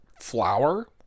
flour